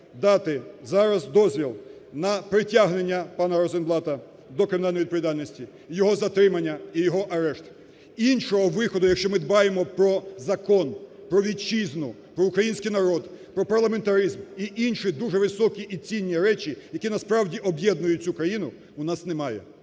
дати зараз дозвіл на притягнення пана Розенблата до кримінальної відповідальності, його затримання і його арешт. Іншого виходу, якщо ми дбаємо про закон, про Вітчизну, про український народ, про парламентаризм і інші дуже високі і цінні речі, які насправді об'єднують цю країну, у нас немає.